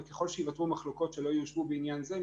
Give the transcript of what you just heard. וככל שייוותרו מחלוקות שלא ייושבו בעניין זה,